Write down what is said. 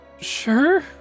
Sure